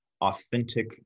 authentic